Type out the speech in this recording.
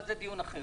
אבל זה דיון אחר.